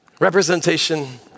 representation